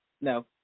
No